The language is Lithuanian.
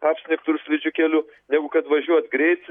apsnigtu ir slidžiu keliu negu kad važiuot greit